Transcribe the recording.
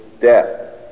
death